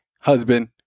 husband